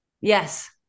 Yes